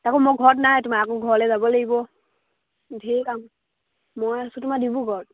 তাকৌ মই ঘৰত নাই তোমাৰ আকৌ ঘৰলে যাব লাগিব ধেৰ কাম মই আছোঁ তোমাৰ ডিব্ৰুগড়ত